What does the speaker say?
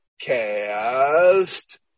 Cast